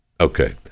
Okay